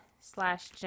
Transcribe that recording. slash